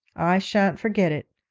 i shan't forget it.